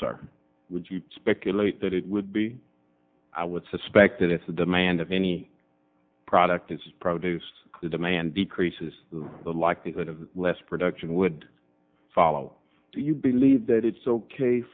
sar would you speculate that it would be i would suspect that if the demand of any product is produce the demand decreases the likelihood of less production would follow do you believe that it's ok